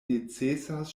necesas